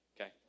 okay